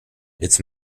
its